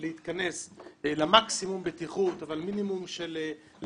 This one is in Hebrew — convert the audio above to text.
להתכנס למקסימום בטיחות אבל עם מינימום הכבדה,